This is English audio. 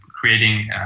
creating